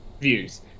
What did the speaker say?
views